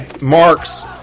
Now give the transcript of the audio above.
Marks